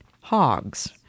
hogs